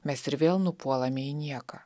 mes ir vėl nupuolame į nieką